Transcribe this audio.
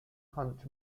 hunt